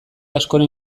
askoren